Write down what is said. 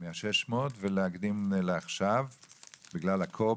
מה-600 ולהקדים לעכשיו בגלל הקור,